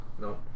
No